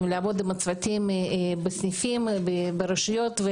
ולעבוד עם הצוותים בסניפים של הרשויות.